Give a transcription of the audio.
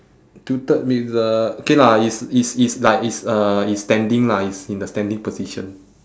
tilted means the okay lah it's it's it's like it's uh it's standing lah it's in the standing position